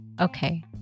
okay